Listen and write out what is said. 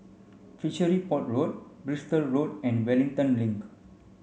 Fishery Port Road Bristol Road and Wellington Link